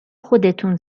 خودتون